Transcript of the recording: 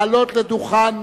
לעלות לדוכן